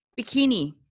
bikini